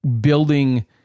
building